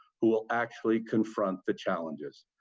who will actually confront the challenges,